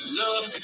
love